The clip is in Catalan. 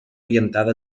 orientada